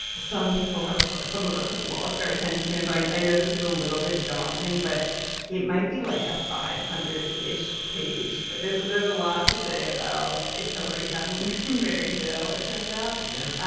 some people have. some of us have lost our attention span so i i know this is a little bit daunting but it might be like a five hundred ish page. but there's there's a lot to say about if hillary hadn't married bill. it turns out. yeah.